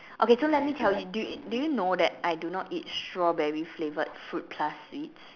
okay so let me tell you did you did you know that I do not eat strawberry flavored fruit plus sweets